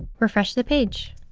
refresh the page.